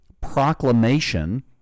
proclamation